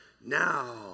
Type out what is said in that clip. Now